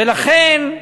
ולכן,